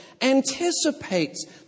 anticipates